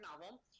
novel